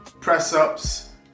press-ups